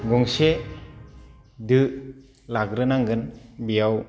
गंसे दो लाग्रोनांगोन बेयाव